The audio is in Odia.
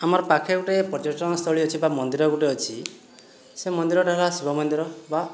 ଆମର୍ ପାଖେ ଗୋଟିଏ ପର୍ଯ୍ୟଟନସ୍ଥଳୀ ଅଛି ବା ମନ୍ଦିର ଗୁଟେ ଅଛି ସେ ମନ୍ଦିରଟା ହେଲା ଶିବ ମନ୍ଦିର ବା